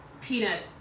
peanut